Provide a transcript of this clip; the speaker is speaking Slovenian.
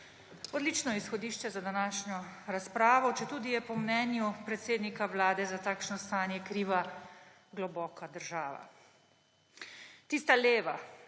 Odlično izhodišče za današnjo razpravo, četudi je po mnenju predsednika Vlade za takšno stanje kriva globoka država, tista leva,